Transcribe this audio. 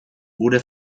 gure